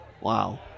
Wow